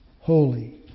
holy